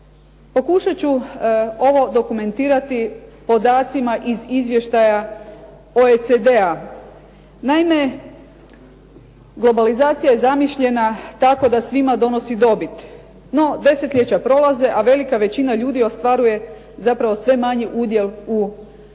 Pokušat ću ovo dokumentirati podacima iz izvještaja OECD-a. Naime, globalizacija je zamišljena tako da svima donosi dobit. No, desetljeća prolaze, a velika većina ljudi ostvaruje zapravo sve manji udjel u